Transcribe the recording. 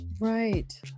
Right